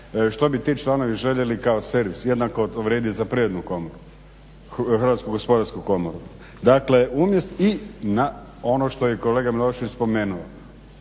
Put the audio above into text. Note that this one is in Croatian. što bi ti članovi željeli kao servis. Jednako vrijedi i za privrednu komoru, Hrvatsku gospodarsku komoru i na ono što je kolega Milošević spomenuo.